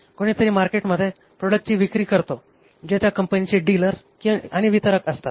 कोणीतरी मार्केटमध्ये प्रोडक्टची विक्री करतो जे त्या कंपनीचे डीलर आणि वितरक असतात